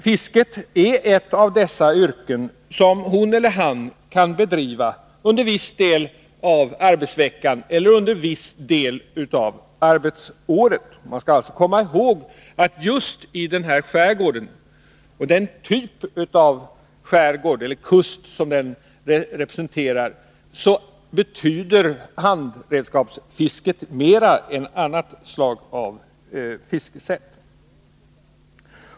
Fisket är ett av de yrken som kan bedrivas under viss del av arbetsveckan eller under viss del av arbetsåret — vi bör alltså komma ihåg att just i denna skärgård och den typ av kust som den representerar betyder handredskaps fisket mer än något annat fiskesätt.